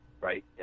right